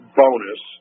bonus